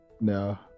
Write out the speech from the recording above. No